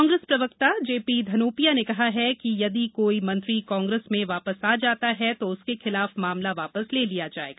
कांग्रेस प्रवक्ता J P Dhanopia ने कहा कि यदि कोई मंत्री कांग्रेस में वापस आ जाता है तो उसके खिलाफ मामला वापस ले लिया जायेगा